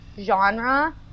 genre